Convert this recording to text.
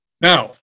Now